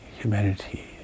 Humanity